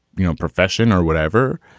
you know, profession or whatever.